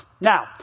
Now